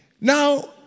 Now